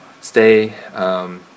stay